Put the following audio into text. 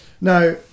Now